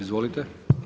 Izvolite.